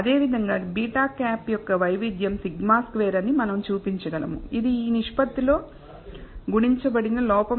అదేవిధంగా β̂ యొక్క వైవిధ్యం σ2 అని మనం చూపించగలము ఇది ఈ నిష్పత్తితో గుణించబడిన లోపం యొక్క వైవిధ్యం